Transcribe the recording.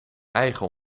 eigen